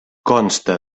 consta